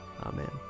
Amen